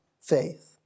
faith